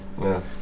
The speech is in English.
Yes